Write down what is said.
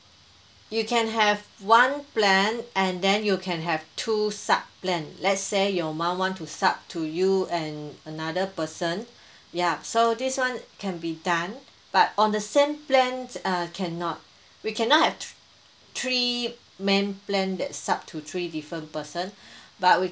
you can have one plan and then you can have two sub plans let's say your mum want to sub to you and another person yeah so this one can be done but on the same plans err cannot we cannot have three main plan sub to three different person but we